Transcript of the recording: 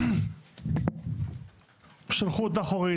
אורית,